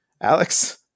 Alex